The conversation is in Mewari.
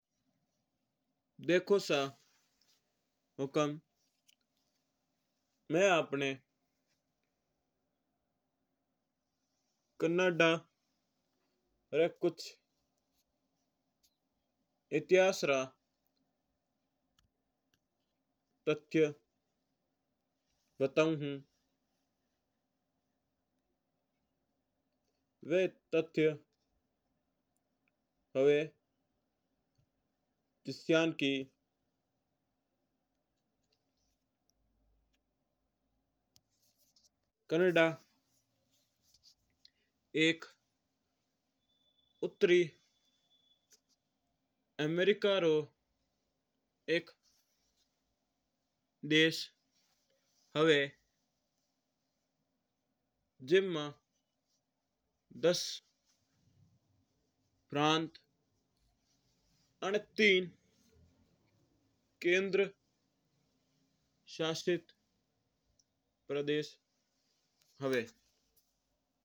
देखो सा हुकम मैं आपणा कनाडा रा कुछ इतिहास री तथ्य बताओ हूँ। जिश्यांण कि कनाडा एक उत्तरी अमरीका रो एक देश हुआ जिनमां दस प्रांत अण तीन कंद्र शासित प्रदेश हुआ है।